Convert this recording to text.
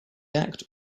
act